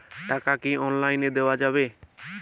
টাকা কি অনলাইনে দেওয়া যাবে?